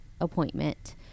appointment